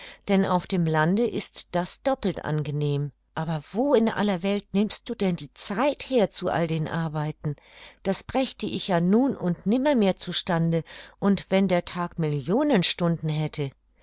denn auf dem lande ist das doppelt angenehm aber wo in aller welt nimmst du denn die zeit her zu all den arbeiten das brächte ich ja nun und nimmermehr zu stande und wenn der tag millionen stunden hätte